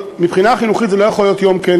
אבל מהבחינה החינוכית זה לא יכול להיות יום כן,